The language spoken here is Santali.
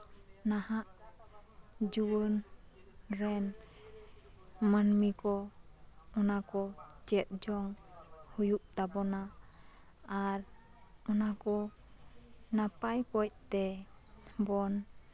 ᱱᱟᱦᱟᱜ ᱡᱩᱣᱟᱹᱱ ᱨᱮᱱ ᱢᱟᱹᱱᱢᱤ ᱠᱚ ᱚᱱᱟ ᱠᱚ ᱪᱮᱫ ᱡᱚᱝ ᱦᱩᱭᱩᱜ ᱛᱟᱵᱳᱱᱟ ᱟᱨ ᱚᱱᱟᱠᱚ ᱱᱟᱯᱟᱭ ᱚᱠᱚᱡ ᱛᱮᱵᱚᱱ